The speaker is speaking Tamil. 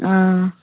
ஆ